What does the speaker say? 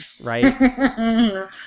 Right